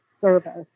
service